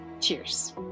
Cheers